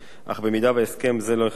אך במידה שהסכם זה לא ייחתם,